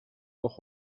noch